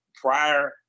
prior